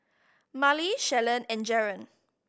Marlie Shalon and Jaron